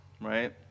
right